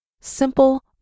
simple